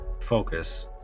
focus